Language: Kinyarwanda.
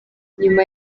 nyuma